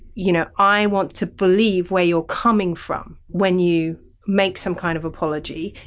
you know i want to believe where you're coming from when you make some kind of apology,